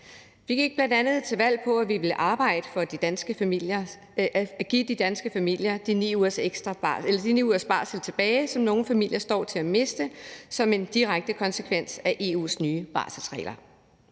Vi gik bl.a. til valg på, at vi ville arbejde for at give danske familier de 9 ugers barsel tilbage, som nogle familier står til at miste som en direkte konsekvens af EU's nye barselsregler.